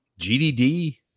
GDD